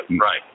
right